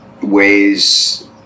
ways